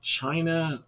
China